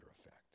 effect